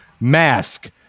Mask